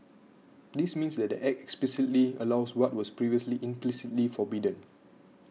this means that the Act explicitly allows what was previously implicitly forbidden